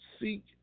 Seek